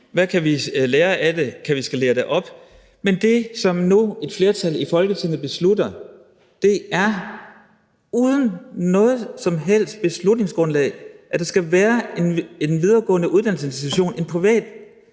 Hvad kan vi lære af det? Kan vi skalere det op? Men det, som et flertal i Folketinget nu beslutter, er uden noget som helst beslutningsgrundlag, at der skal være en videregående uddannelsesinstitution, en privat